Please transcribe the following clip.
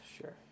sure